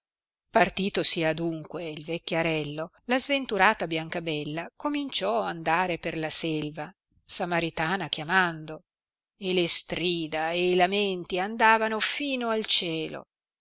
partitosi adunque il vecchiarello la sventurata biancabella cominciò andare per la selva samaritana chiamando e le strida ed i lamenti andavano fino al cielo